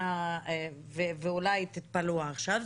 ואולי תתפלאו עכשיו,